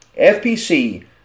fpc